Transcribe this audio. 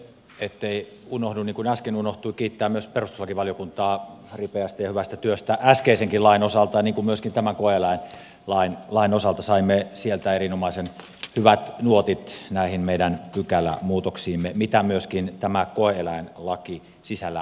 ettei unohdu niin kuin äsken unohtui kiittää myös perustuslakivaliokuntaa ripeästä ja hyvästä työstä äskeisenkin lain osalta niin kuin myöskin tämän koe eläinlain osalta saimme sieltä erinomaisen hyvät nuotit näihin meidän pykälämuutoksiimme mitä myöskin tämä koe eläinlaki sisällään pitää